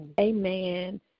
Amen